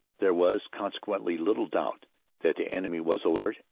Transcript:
there was consequently little doubt that the enemy was alert,